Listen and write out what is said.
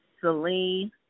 Celine